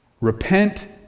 Repent